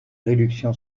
réduction